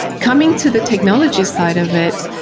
coming to the technology side of it,